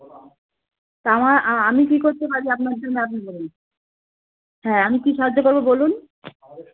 তা আমা আমি কী করতে পারি আপনার জন্য আপনি বলুন হ্যাঁ আমি কী সাহায্য করবো বলুন